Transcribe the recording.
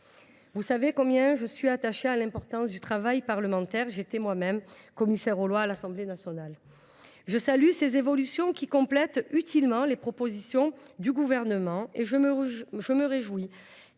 Vous savez combien je suis attachée à l’importance du travail parlementaire – j’étais moi même commissaire aux lois à l’Assemblée nationale. Je salue ces évolutions, qui complètent utilement les propositions du Gouvernement, et je me réjouis